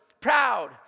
proud